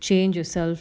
change yourself